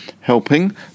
helping